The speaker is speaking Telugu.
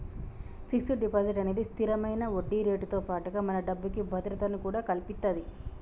ఫిక్స్డ్ డిపాజిట్ అనేది స్తిరమైన వడ్డీరేటుతో పాటుగా మన డబ్బుకి భద్రతను కూడా కల్పిత్తది